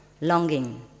longing